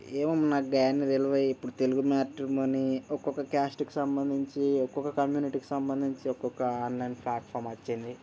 ఏమన్నా నాకు తెలువదు ఇప్పుడు తెలుగు మాట్రిమోనీ ఒక్కొక్క క్యాస్ట్కు సంబంధించి ఒక్కొక్క కమ్యూనిటీకి సంబంధించి ఒక్కొక్క ఆన్లైన్ ప్లాట్ఫామ్ వచ్చింది